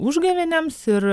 užgavėnėms ir